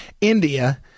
India